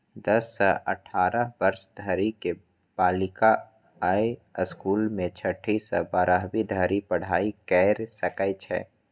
दस सं अठारह वर्ष धरि के बालिका अय स्कूल मे छठी सं बारहवीं धरि पढ़ाइ कैर सकै छै